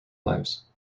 lives